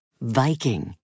Viking